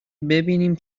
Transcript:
ببینیم